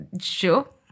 sure